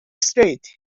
street